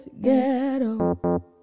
ghetto